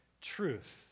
truth